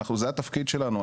זה התפקיד שלנו,